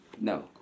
No